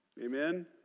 Amen